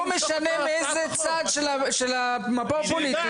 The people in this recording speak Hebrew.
לא משנה מאיזה צד של המפה הפוליטית,